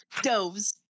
Doves